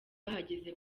bahagaze